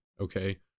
Okay